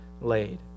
laid